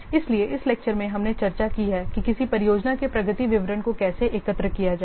इसलिए इस व्याख्यान में हमने चर्चा की है कि किसी परियोजना के प्रगति विवरण को कैसे एकत्र किया जाए